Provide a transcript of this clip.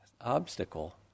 obstacle